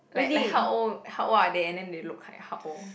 like like how old how old are they and then they look like how old